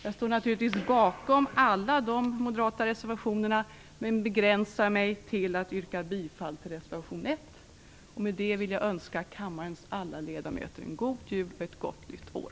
Jag står naturligtvis bakom alla de moderata reservationerna men begränsar mig till att yrka bifall till reservation 1. Med detta vill jag önska kammarens alla ledamöter en god jul och ett gott nytt år.